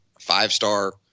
five-star